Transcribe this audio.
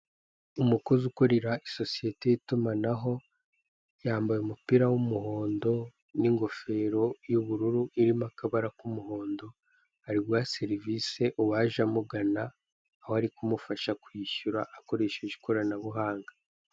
Umukozi ukorera isosiyete y'itumanaho, yambaye umupira w'umuhondo n'ingofero y'ubururu irimo amabara k'umuhondo, ari guha serivisi uwaje amugana, aho ari kumufasha kwishyura akoresheje ikoranabuhanga.